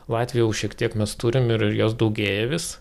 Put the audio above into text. latvių jau šiek tiek mes turim ir jos daugėja vis